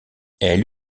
elle